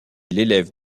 l’élève